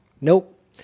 Nope